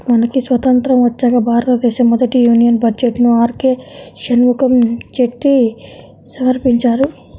మనకి స్వతంత్రం వచ్చాక భారతదేశ మొదటి యూనియన్ బడ్జెట్ను ఆర్కె షణ్ముఖం చెట్టి సమర్పించారు